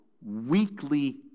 weekly